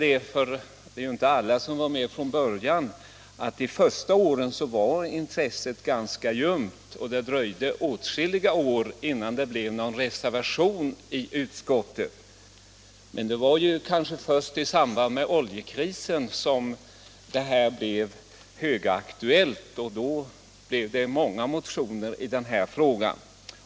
Eftersom alla inte var med från början kan jag berätta att intresset de första åren var ganska ljumt. Det dröjde åtskilliga år innan det blev någon reservation i utskottet. Det var egentligen först i samband med oljekrisen som frågan blev högaktuell; då väcktes det många motioner i ärendet.